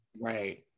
right